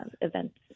events